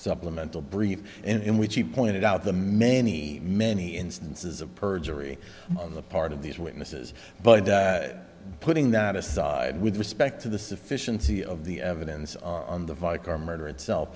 supplemental brief in which he pointed out the many many instances of perjury on the part of these witnesses but putting that aside with respect to the sufficiency of the evidence on the viking or murder itself